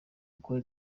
gukora